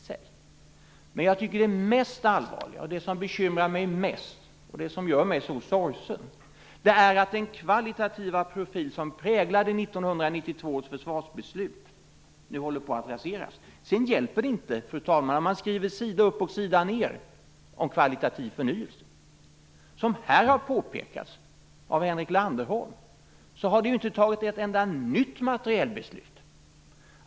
Men det jag tycker är mest allvarligt, och det som bekymrar mig mest och gör mig så sorgsen är att den kvalitativa profil som präglade 1992 års försvarsbeslut nu håller på att raseras. Sedan hjälper det inte, fru talman, om skriver sida upp och sida ned om kvalitativ förnyelse. Som här har påpekats av Henrik Landerholm har det inte fattats ett enda nytt materielbeslut.